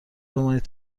بمانید